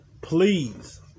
please